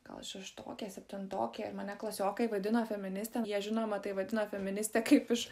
gal šeštokė septintokė ir mane klasiokai vadino feministe jie žinoma tai vadino feministe kaip iš